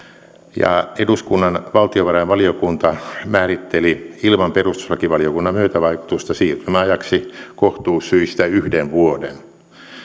eduskunnan valtiovarainvaliokunta määritteli ilman perustuslakivaliokunnan myötävaikutusta siirtymäajaksi kohtuussyistä yhden vuoden